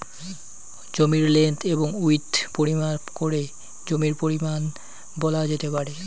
জমির লেন্থ এবং উইড্থ পরিমাপ করে জমির পরিমান বলা যেতে পারে